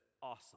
awesome